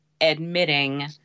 admitting